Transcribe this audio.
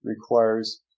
requires